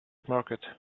market